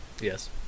Yes